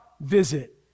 visit